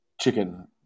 chicken